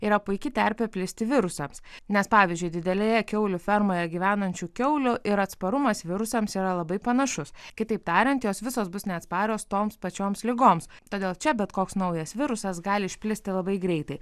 yra puiki terpė plisti virusams nes pavyzdžiui didelėje kiaulių fermoje gyvenančių kiaulių ir atsparumas virusams yra labai panašus kitaip tariant jos visos bus neatsparios toms pačioms ligoms todėl čia bet koks naujas virusas gali išplisti labai greitai